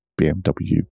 BMW